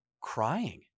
crying